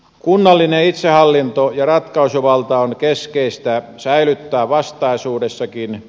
kunnallinen itsehallinto ja ratkaisuvalta on keskeistä säilyttää vastaisuudessakin